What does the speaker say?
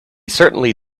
certainly